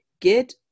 Get